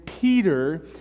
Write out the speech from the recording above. Peter